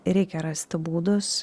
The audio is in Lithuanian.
reikia rasti būdus